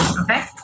Okay